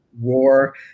war